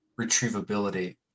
retrievability